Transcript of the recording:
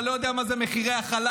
אתה לא יודע מה זה מחירי החלב,